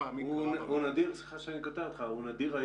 הוא נדיר היום.